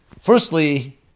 Firstly